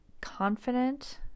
confident